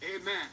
Amen